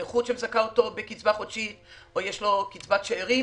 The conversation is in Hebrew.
יש לו נכות שמזכה אותו בקצבה חודשית או יש לו קצבת שארים.